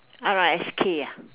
alright S K ah